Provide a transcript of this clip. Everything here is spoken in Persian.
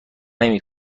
نمی